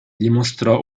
dimostrò